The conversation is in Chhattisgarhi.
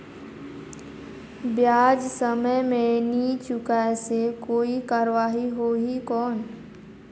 ब्याज समय मे नी चुकाय से कोई कार्रवाही होही कौन?